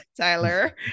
Tyler